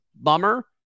bummer